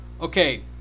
Okay